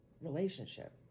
relationship